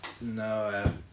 No